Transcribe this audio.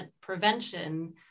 prevention